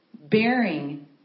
bearing